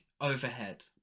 overhead